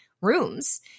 rooms